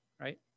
right